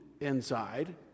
inside